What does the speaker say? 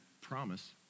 promise